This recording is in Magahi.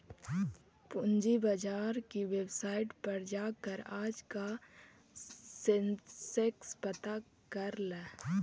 पूंजी बाजार की वेबसाईट पर जाकर आज का सेंसेक्स पता कर ल